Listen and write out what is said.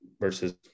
versus